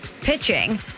pitching